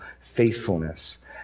faithfulness